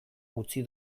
utzi